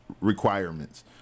requirements